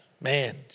Man